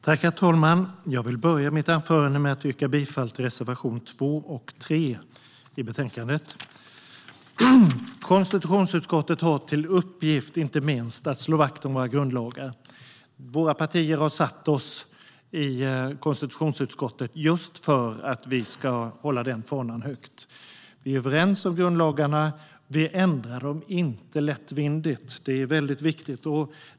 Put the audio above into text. Herr talman! Jag vill börja mitt anförande med att yrka bifall till reservationerna 2 och 3 i betänkandet. Konstitutionsutskottet har inte minst till uppgift att slå vakt om våra grundlagar. Våra partier har utsett oss till att sitta i konstitutionsutskottet just för att vi ska hålla den fanan högt. Vi är överens om grundlagarna, och de kan inte ändras lättvindigt.